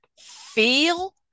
feel